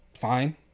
fine